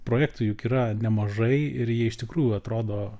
projektų juk yra nemažai ir jie iš tikrųjų atrodo